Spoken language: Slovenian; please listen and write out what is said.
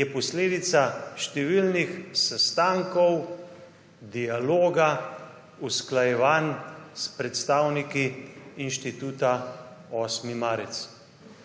je posledica številnih sestankov, dialoga, usklajevanj s predstavniki Inštituta 8. marec.